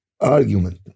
argument